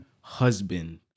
husband